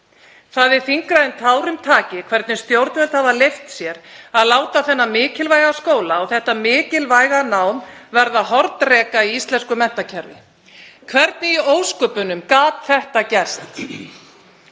Það er þyngra en tárum taki hvernig stjórnvöld hafa leyft sér að láta þennan mikilvæga skóla og þetta mikilvæga nám verða hornreka í íslensku menntakerfi. Hvernig í ósköpunum gat þetta gerst?